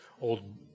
old